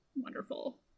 wonderful